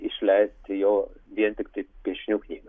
išleisti jo vien tiktai piešinių knygą